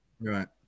Right